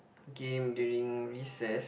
game during recess